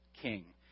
king